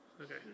Okay